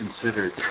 Considered